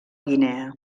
guinea